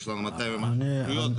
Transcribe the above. יש לנו 200 ומשהו רשויות,